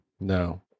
No